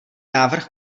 návrh